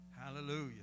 Hallelujah